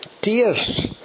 tears